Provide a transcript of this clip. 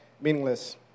meaningless